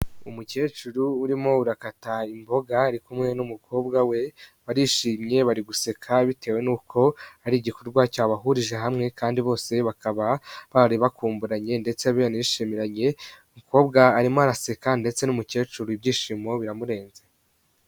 Umukecuru urimo urakata imboga ari kumwe n'umukobwa we barishimye bari guseka bitewe nuko ari igikorwa cyabahurije hamwe kandi bose bakaba bari bakumburanye. Ndetse banishimiranye umukobwa arimo araseka ndetse n'umukecuru ibyishimo biramurenze.